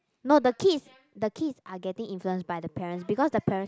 no the kids the kids are getting influenced by the parents because the parents